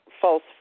false